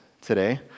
today